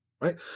right